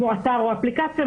כמו אתר או אפליקציה,